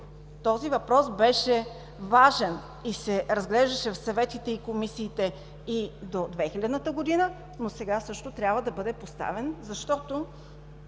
Този въпрос беше важен и се разглеждаше в съветите и комисиите до 2000 г., но сега също трябва да бъде поставен, защото